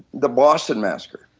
the boston massacre,